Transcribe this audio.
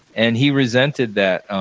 and he resented that